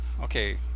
okay